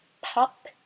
Pop